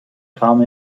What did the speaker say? kam